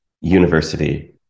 university